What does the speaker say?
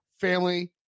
family